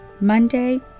Monday